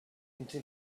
into